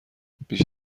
بیش